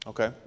Okay